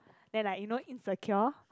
then like you know insecure